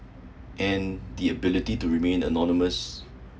and the ability to remain anonymous